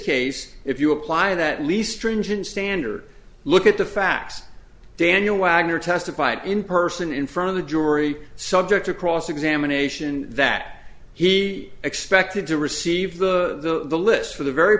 case if you apply that least range and standard look at the facts daniel wagner testified in person in front of the jury subject to cross examination that he expected to receive the the list for the very